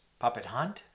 puppethunt